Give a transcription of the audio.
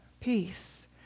peace